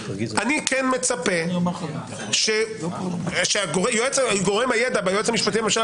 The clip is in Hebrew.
אני כן מצפה שהגורם הידע ביועץ המשפטי לממשלה,